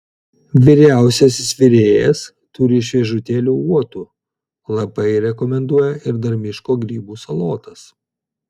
vyriausiasis virėjas turi šviežutėlių uotų labai rekomenduoja ir dar miško grybų salotas